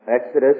Exodus